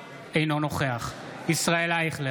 אי-אמון בממשלה של סיעות ישראל ביתנו והעבודה.